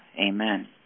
Amen